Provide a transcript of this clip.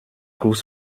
kurz